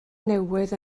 newydd